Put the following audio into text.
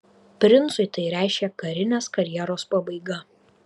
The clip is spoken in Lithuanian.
princui tai reiškė karinės karjeros pabaigą